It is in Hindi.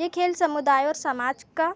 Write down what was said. ये खेल समुदाय और समाज का